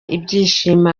ibyishimo